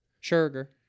sugar